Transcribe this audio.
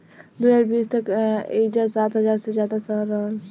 दू हज़ार बीस तक एइजा सात हज़ार से ज्यादा शहर रहल